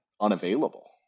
unavailable